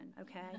okay